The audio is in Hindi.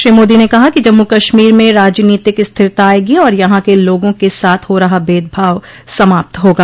श्री मोदी ने कहा कि जम्मु कश्मीर में राजनीतिक स्थिरता आयेगी और यहां के लोगों के साथ हो रहा भेदभाव समाप्त होगा